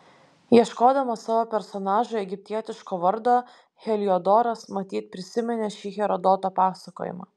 ieškodamas savo personažui egiptietiško vardo heliodoras matyt prisiminė šį herodoto pasakojimą